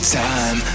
time